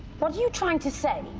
what are you trying to say?